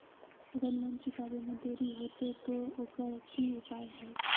अगर लोन चुकावे में देरी होते तो ओकर की उपाय है?